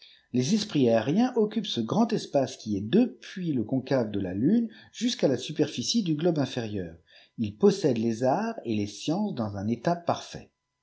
les esprits aériens occupent ce grand espace qui est depuis le concave ae la lune jusqu'à la supemcie du globe inférieur ils possèdent les arts et les sciences dans un état parfait